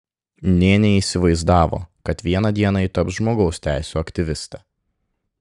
nė neįsivaizdavo kad vieną dieną ji taps žmogaus teisių aktyviste